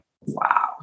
Wow